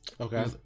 Okay